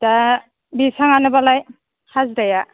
दा एसेबाङानो बालाय हाजिराया